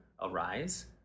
arise